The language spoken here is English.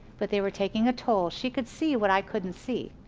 but they were taking a toll. she could see what i couldn't see.